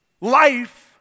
Life